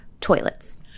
Toilets